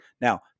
Now